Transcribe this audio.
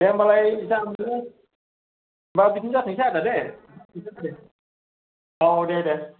दे होम्बालाय जा मोनो होम्बा बिदिनो जाथोंसै आदा दे औ दे दे